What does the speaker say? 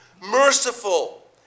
Merciful